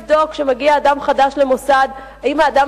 כשמגיע אדם חדש למוסד אף אחד לא מתחייב לבדוק אם האדם